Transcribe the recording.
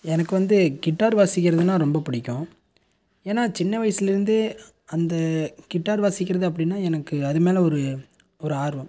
எனக்கு வந்து கிட்டார் வாசிக்கிறதுனால் ரொம்ப பிடிக்கும் ஏன்னால் சின்ன வயசில் இருந்தே அந்த கிட்டார் வாசிக்கிறது அப்படினா எனக்கு அது மேலே ஒரு ஒரு ஆர்வம்